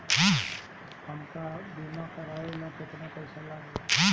हमका बीमा करावे ला केतना पईसा लागी?